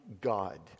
God